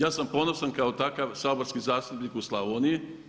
Ja sam ponosan kao takav saborski zastupnik u Slavoniji.